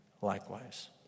likewise